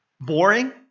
Boring